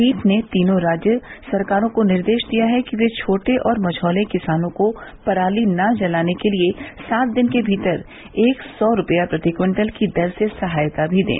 पीठ ने तीनों राज्य सरकारों को निर्देश दिया कि वे छोटे और मझौले किसानों को पराली न जलाने के लिए सात दिन के भीतर एक सौ रुपया प्रति क्विंटल की दर से सहायता भी दें